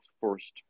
first